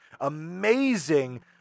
amazing